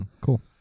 Cool